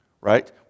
right